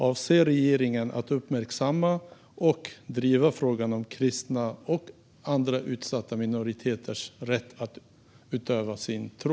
Avser regeringen att uppmärksamma och driva frågan om kristnas och andra utsatta minoriteters rätt att utöva sin tro?